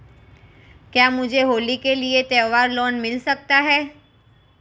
क्या मुझे होली के लिए त्यौहार लोंन मिल सकता है?